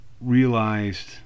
realized